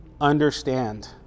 understand